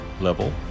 level